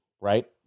right